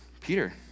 Peter